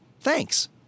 Thanks